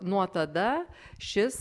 nuo tada šis